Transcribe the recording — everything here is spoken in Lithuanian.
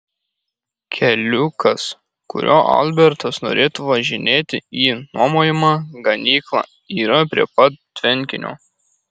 keliukas kuriuo albertas norėtų važinėti į nuomojamą ganyklą yra prie pat tvenkinio